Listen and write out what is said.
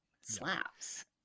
slaps